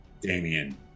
Damien